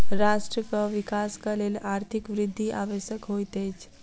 राष्ट्रक विकासक लेल आर्थिक वृद्धि आवश्यक होइत अछि